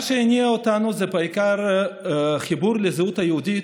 מה שהניע אותנו זה בעיקר חיבור לזהות היהודית